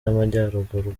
y’amajyaruguru